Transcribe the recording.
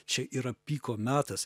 čia yra piko metas